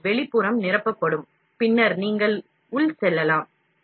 எனவே வெளிப்புறம் நிரப்பப்படும் பின்னர் நீங்கள் உள் செல்லலாம்